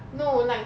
no like